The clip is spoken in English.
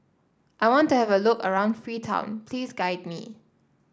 I want to have a look around Freetown please guide me